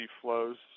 flows